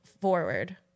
forward